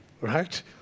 Right